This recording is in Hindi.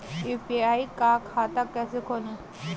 यू.पी.आई का खाता कैसे खोलें?